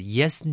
Yes